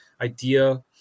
idea